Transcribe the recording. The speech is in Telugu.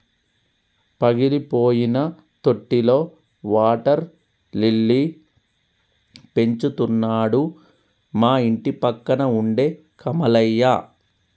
పగిలిపోయిన తొట్టిలో వాటర్ లిల్లీ పెంచుతున్నాడు మా ఇంటిపక్కన ఉండే కమలయ్య